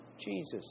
Jesus